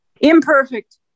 Imperfect